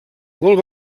molt